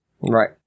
Right